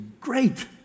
great